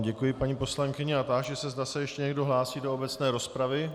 Děkuji vám, paní poslankyně, a táži se, zda se ještě někdo hlásí do obecné rozpravy.